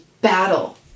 battle